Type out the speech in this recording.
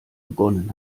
begonnen